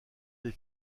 des